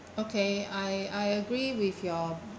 okay I I agree with your